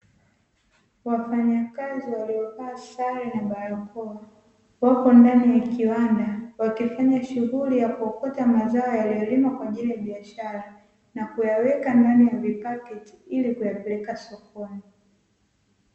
Wafanyakazi waliovaa sare na barakoa wako ndani ya kiwanda, wakifanya shughuli ya kuokota mazao yaliyolimwa kwa ajili ya biashara na kuyaweka ndani ya vipakiti ili kuyapeleka sokoni.